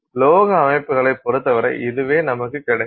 உலோக அமைப்புகளைப் பொறுத்தவரை இதுவே நமக்கு கிடைக்கும்